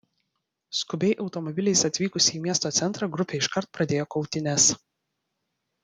skubiai automobiliais atvykusi į miesto centrą grupė iškart pradėjo kautynes